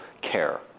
care